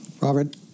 Robert